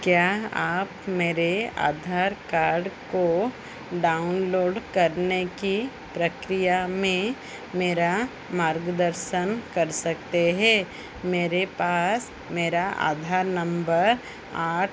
क्या आप मेरे आधार कार्ड को डाउनलोड करने की प्रक्रिया में मेरा मार्गदर्शन कर सकते हैं मेरे पास मेरा आधार नंबर आठ